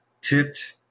tipped